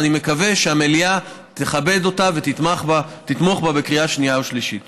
ואני מקווה שהמליאה תכבד אותה ותתמוך בה בקריאה שנייה ושלישית.